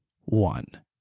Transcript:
one